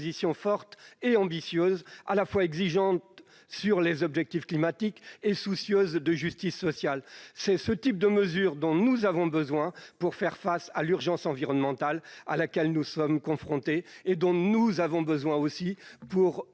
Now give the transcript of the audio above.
fortes et ambitieuses, à la fois exigeantes quant aux objectifs climatiques et soucieuses de justice sociale. C'est bien le type de mesures dont nous avons besoin pour affronter l'urgence environnementale à laquelle nous sommes confrontés, mais aussi pour